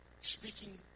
speaking